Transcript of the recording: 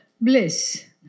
Bliss